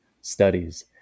studies